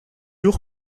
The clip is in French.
lourd